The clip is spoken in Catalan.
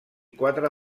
quatre